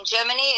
Germany